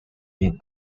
been